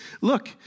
look